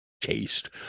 taste